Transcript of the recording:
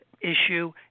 issue